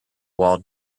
wall